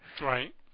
Right